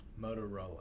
Motorola